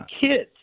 kids